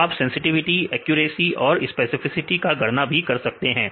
तो आप sensitivity accuracy और स्पेसिफिसिटी की गणना कर सकते हैं